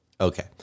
Okay